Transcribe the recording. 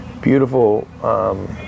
beautiful